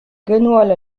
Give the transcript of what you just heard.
gwenole